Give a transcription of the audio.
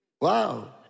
Wow